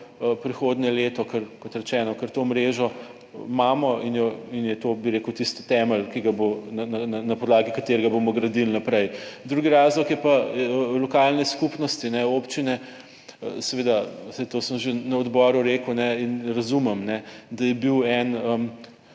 prihodnje leto, ker kot rečeno, ker to mrežo imamo in je to, bi rekel tisti temelj, ki ga bo, na podlagi katerega bomo gradili naprej. Drugi razlog je pa lokalne skupnosti, občine. Seveda, saj to sem že na odboru rekel in razumem, da je bil en,